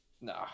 no